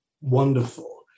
wonderful